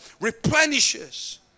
replenishes